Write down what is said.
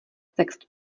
text